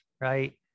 right